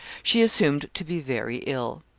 she assumed to be very ill.